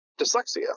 dyslexia